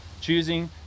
Choosing